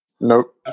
Nope